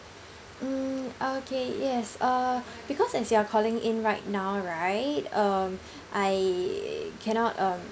mm okay yes uh because as you are calling in right now right um I cannot um